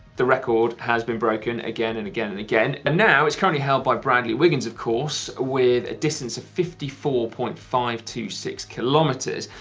the record has been broken again and again and again, and now, it's currently held by bradley wiggins, of course, with a distance of fifty four point five two six kilometers.